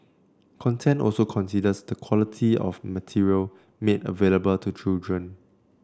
content also considers the quality of material made available to children